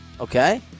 okay